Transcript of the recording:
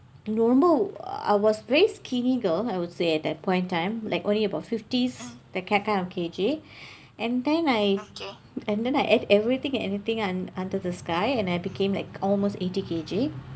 ரொம்ப:rompa I was very skinny girl I would say at that point time like only above fifties that ki~ kind of K_G and then I and then I ate everything and anything und~ under the sky and I became like almost eighty K_G